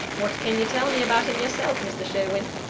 what can you tell me about him yourself, mr. sherwin?